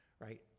right